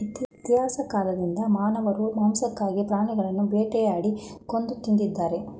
ಇತಿಹಾಸ ಕಾಲ್ದಿಂದ ಮಾನವರು ಮಾಂಸಕ್ಕಾಗಿ ಪ್ರಾಣಿಗಳನ್ನು ಬೇಟೆಯಾಡಿ ಕೊಂದು ತಿಂದಿದ್ದಾರೆ